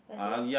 does he have